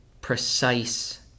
precise